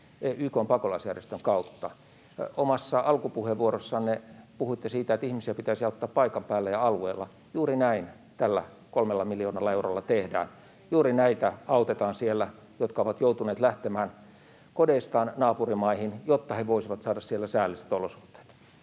YK:n pakolaisjärjestön kautta. Omassa alkupuheenvuorossanne puhuitte siitä, että ihmisiä pitäisi auttaa paikan päällä ja sillä alueella. Juuri näin tällä 3 miljoonalla eurolla tehdään, juuri näitä ihmisiä autetaan siellä, jotka ovat joutuneet lähtemään kodeistaan naapurimaihin, jotta he voisivat saada siellä säälliset olosuhteet.